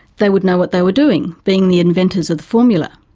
they would know what they were doing, being the inventors of the formula.